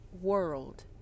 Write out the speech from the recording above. world